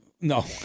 No